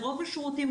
ברוב השירותים,